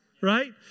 right